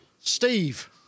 Steve